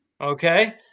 okay